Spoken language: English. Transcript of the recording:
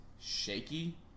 shaky